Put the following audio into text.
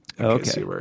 Okay